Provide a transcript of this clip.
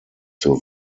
zur